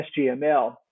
SGML